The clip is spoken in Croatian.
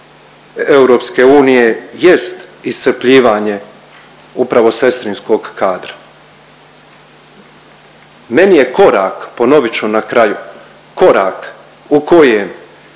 države članice EU jest iscrpljivanje upravo sestrinskog kadra. Meni je korak ponovit ću na kraju, korak u kojem